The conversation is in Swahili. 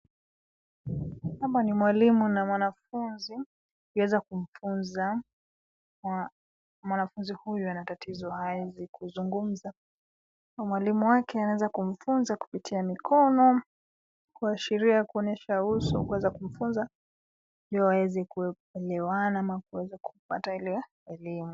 Hapa ni mwalimu na mwanafunzi, uweza kumfunza mwanafunzi huyu ana tatizo hawezi kuzungumza . Mwalimu wake anaweza kumfunza kupitia mikono, kuashiria kuonyesha uso kueza kumfunza ili waeze kuelewana ama kueza kupata ile elimu.